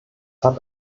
hat